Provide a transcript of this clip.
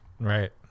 Right